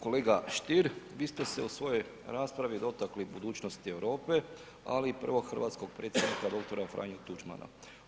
Kolega Stier vi ste se u svojoj raspravi dotakli budućnosti Europe, ali i prvog hrvatskog predsjednika dr. Franje Tuđmana.